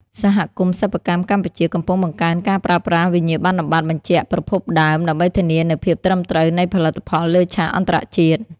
សហគមន៍សិប្បកម្មកម្ពុជាកំពុងបង្កើនការប្រើប្រាស់វិញ្ញាបនបត្របញ្ជាក់ប្រភពដើម ដើម្បីធានានូវភាពត្រឹមត្រូវនៃផលិតផលលើឆាកអន្តរជាតិ។